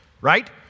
right